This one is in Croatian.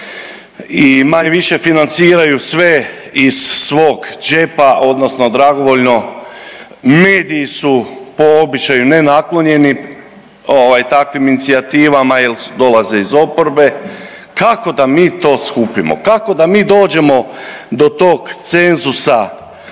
i manje-više financiraju sve iz svog džepa odnosno dragovoljno, mediji su po običaju nenaklonjeni takvim inicijativama jel dolaze iz oporbe, kako da mi to skupimo, kako da mi dođemo do tog cenzusa